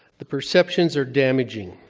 the perceptions are damaging.